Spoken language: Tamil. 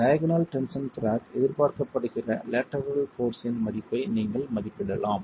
டயாக்னல் டென்ஷன் கிராக் எதிர்பார்க்கப்படுகிற லேட்டரல் போர்ஸ் இன் மதிப்பை நீங்கள் மதிப்பிடலாம்